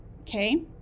Okay